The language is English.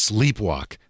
Sleepwalk